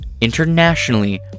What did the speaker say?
internationally